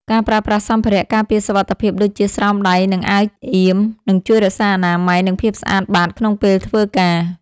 ការប្រើប្រាស់សម្ភារៈការពារសុវត្ថិភាពដូចជា ស្រោមដៃ និងអាវអៀម នឹងជួយរក្សាអនាម័យ និងភាពស្អាតបាតក្នុងពេលធ្វើការ។